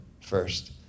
first